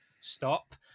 stop